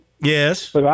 Yes